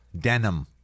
denim